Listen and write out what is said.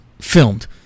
Filmed